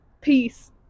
peace